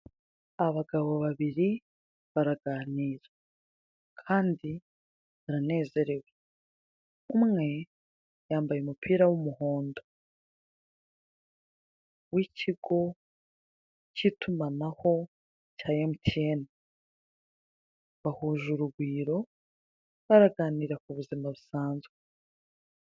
Abagabo babiri baraganira, kandi baranezerewe. Umwe yambaye umupira w'umuhondo w'ikigo cy'itumanaho cya MTN. Bahuje urugwiro, baraganira ku buzima busanzwe.